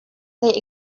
they